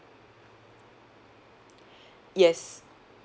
yes